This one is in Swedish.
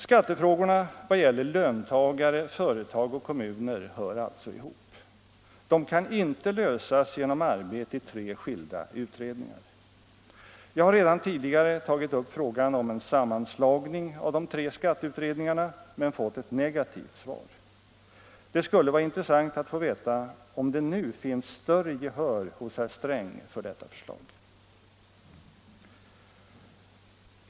Skattefrågorna vad gäller löntagare, företag och kommuner hör alltså ihop. De kan inte lösas genom arbete i tre skilda utredningar. Jag har redan tidigare tagit upp frågan om en sammanslagning av de tre skatteutredningarna, men fått ett negativt svar. Det skulle vara intressant att få veta om det nu finns större gehör hos herr Sträng för detta förslag.